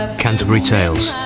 ah canterbury tales,